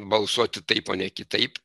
balsuoti taip o ne kitaip